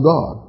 God